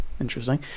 Interesting